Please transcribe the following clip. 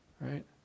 right